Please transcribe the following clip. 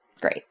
Great